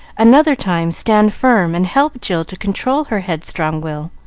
another time, stand firm and help jill to control her headstrong will.